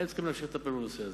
והם צריכים להמשיך לטפל בנושא הזה.